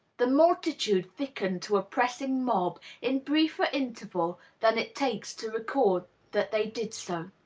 the multitude thickened to a pressing mob in briefer interval than it takes to record that they did so.